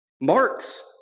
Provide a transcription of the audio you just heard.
Mark's